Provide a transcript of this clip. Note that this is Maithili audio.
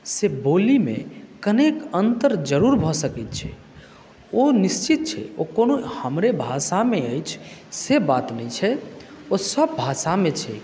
से बोलीमे कनेक अन्तर जरूर भऽ सकैत छै ओ निश्चित छै ओ कोनो हमरे भाषामे अछि से बात नहि छै ओ सभभाषामे छै